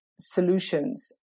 solutions